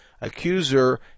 accuser